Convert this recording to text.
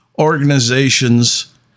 organizations